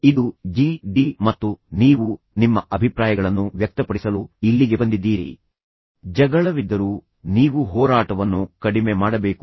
ಇದು G D ಮತ್ತು ನೀವು ನಿಮ್ಮ ಅಭಿಪ್ರಾಯಗಳನ್ನು ವ್ಯಕ್ತಪಡಿಸಲು ಇಲ್ಲಿಗೆ ಬಂದಿದ್ದೀರಿ ಜಗಳವಿದ್ದರೂ ನೀವು ಹೋರಾಟವನ್ನು ಕಡಿಮೆ ಮಾಡಬೇಕು